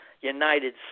United